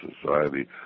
Society